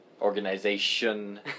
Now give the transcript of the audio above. Organization